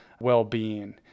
well-being